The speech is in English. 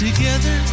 together